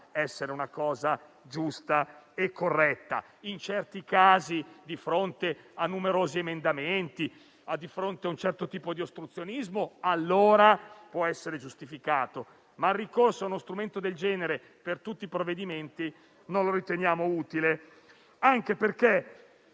essere una cosa giusta e corretta. In certi casi, di fronte a numerosi emendamenti e a un certo tipo di ostruzionismo, può essere anche giustificato; ma il ricorso a uno strumento del genere su tutti i provvedimenti non lo riteniamo utile. Noi ci